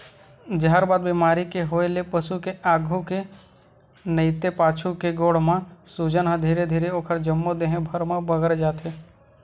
जहरबाद बेमारी के होय ले पसु के आघू के नइते पाछू के गोड़ म सूजन ह धीरे धीरे ओखर जम्मो देहे भर म बगरत जाथे